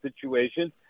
situations